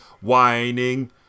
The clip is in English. whining